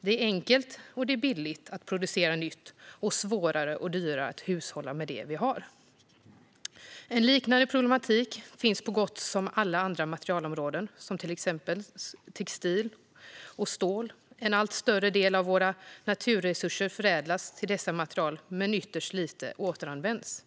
Det är enkelt och billigt att producera nytt och svårare och dyrare att hushålla med det vi har. En liknande problematik finns på så gott som alla andra materialområden. Det gäller till exempel textil och stål. En allt större del av våra naturresurser förädlas till dessa material, men ytterst lite återanvänds.